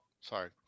sorry